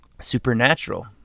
supernatural